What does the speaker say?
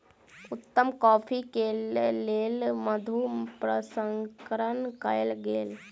उत्तम कॉफ़ी के लेल मधु प्रसंस्करण कयल गेल